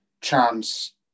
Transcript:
chance